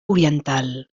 oriental